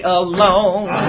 alone